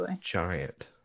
giant